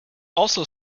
also